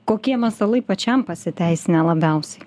kokie masalai pačiam pasiteisinę labiausiai